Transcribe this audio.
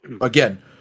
again